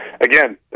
again